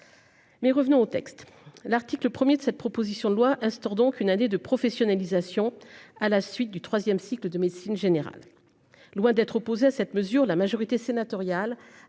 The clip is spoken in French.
Mais revenons au texte. L'article 1er de cette proposition de loi instaure donc une année de professionnalisation à la suite du 3ème cycle de médecine générale. Loin d'être opposé à cette mesure. La majorité sénatoriale.